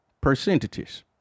percentages